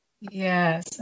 Yes